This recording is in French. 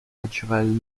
naturelles